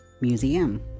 museum